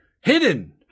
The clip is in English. Hidden